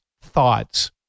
thoughts